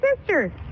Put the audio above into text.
sister